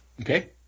Okay